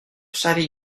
savais